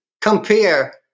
compare